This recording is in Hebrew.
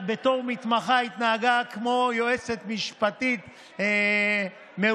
ובתור מתמחה התנהגה כמו יועצת משפטית מעולה,